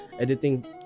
editing